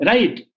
Right